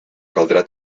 caldrà